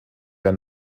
der